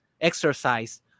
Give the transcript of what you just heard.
exercise